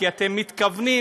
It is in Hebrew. כי אתם מתכוונים,